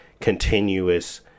continuous